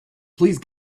please